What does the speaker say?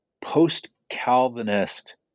post-Calvinist